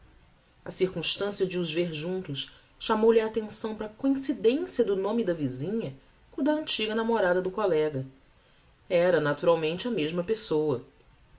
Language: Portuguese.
a circumstancia de os ver juntos chamou-lhe a attenção para a coincidencia do nome da visinha com o da antiga namorada do collega era naturalmente a mesma pessoa